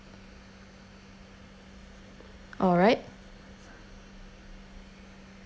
alright